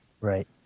Right